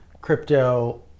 crypto